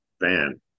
van